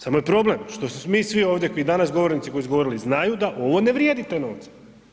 Samo je problem što se mi svi ovdje danas govornici koji su govorili znaju da ovo ne vrijedi te novce.